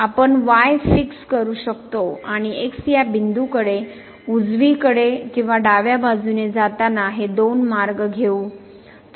आपण y fix करू शकतो आणि x या बिंदूकडे उजवीकडे किंवा डाव्या बाजूने जाताना हे दोन मार्ग घेऊ